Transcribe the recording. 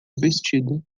vestido